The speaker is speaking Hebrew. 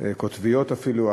קוטביות אפילו,